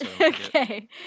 okay